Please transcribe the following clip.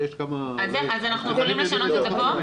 אז אנחנו יכולים לשנות את זה פה?